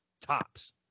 tops